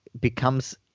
becomes